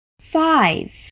five